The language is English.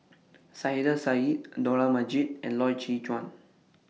Saiedah Said Dollah Majid and Loy Chye Chuan